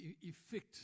effect